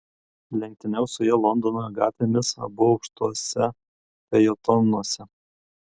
lenktyniaus su ja londono gatvėmis abu aukštuose fajetonuose